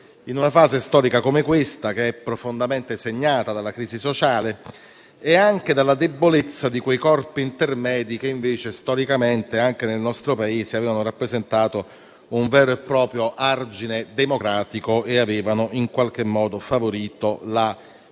in una fase storica come questa, profondamente segnata dalla crisi sociale e dalla debolezza di quei corpi intermedi che invece storicamente anche nel nostro Paese avevano rappresentato un vero e proprio argine democratico e avevano in qualche modo favorito la coesione sociale.